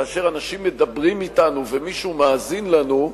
כאשר אנשים מדברים אתנו ומישהו מאזין לנו,